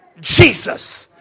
Jesus